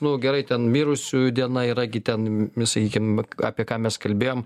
nu gerai ten mirusiųjų diena yra gi ten sakykim apie ką mes kalbėjom